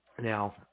Now